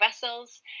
Vessels